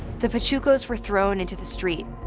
the pachucos were thrown into the street,